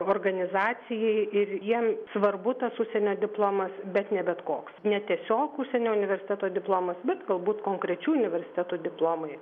organizacijai ir jiem svarbu tas užsienio diplomas bet ne bet koks ne tiesiog užsienio universiteto diplomas bet galbūt konkrečių universitetų diplomai